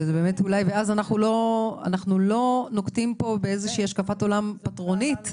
ואז אנחנו לא נוקטים פה באיזושהי השקפת עולם פטרונית,